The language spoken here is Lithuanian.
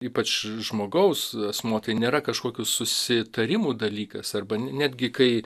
ypač žmogaus asmuo tai nėra kažkokių susitarimų dalykas arba netgi kai